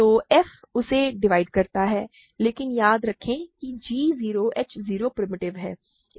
तो f उसे divide करता है लेकिन याद रखें कि g 0 h 0 प्रिमिटिव हैं